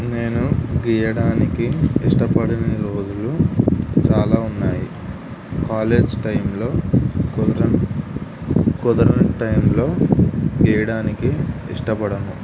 నేను గీయడానికి ఇష్టపడిన రోజులు చాలా ఉన్నాయి కాలేజ్ టైంలో కుదరని కుదరని టైంలో గీయడానికి ఇష్టపడను